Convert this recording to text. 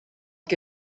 que